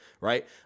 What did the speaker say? right